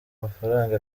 mafaranga